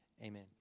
Amen